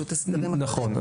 נכון.